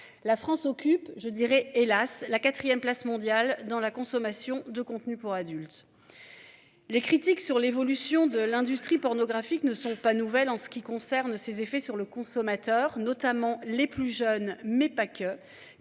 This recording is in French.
La France occupe je dirais hélas la 4ème place mondiale dans la consommation de contenus pour adultes. Les critiques sur l'évolution de l'industrie pornographique ne sont pas nouvelles en ce qui concerne ses effets sur le consommateur, notamment les plus jeunes mais pas que,